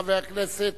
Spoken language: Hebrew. חבר הכנסת